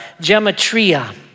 gematria